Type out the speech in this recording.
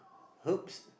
herbs